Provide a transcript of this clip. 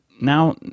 now